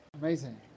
amazing